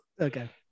Okay